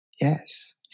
Yes